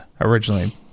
originally